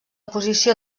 posició